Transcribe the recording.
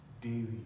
daily